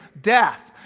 death